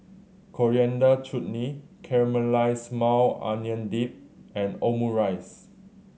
Coriander Chutney Caramelized Maui Onion Dip and Omurice